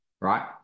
right